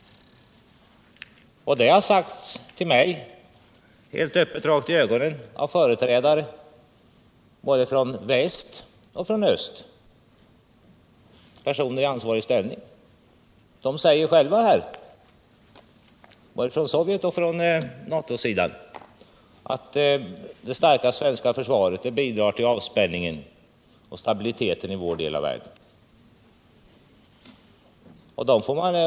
Helt öppet har det sagts mig rakt i ögonen av företrädare från väst och öst, personer i ansvarig ställning, att det starka svenska försvaret bidrar till avspänningen och stabiliteten i vår del av världen.